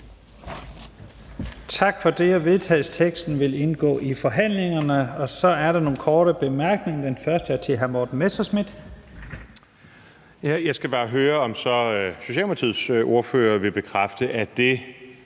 Tak for det. Vedtagelsesteksten vil indgå i forhandlingerne. Så er der nogle korte bemærkninger. Den første er fra hr. Morten Messerschmidt. Kl. 12:07 Morten Messerschmidt (DF): Jeg skal bare høre, om Socialdemokratiets ordfører vil bekræfte, at det,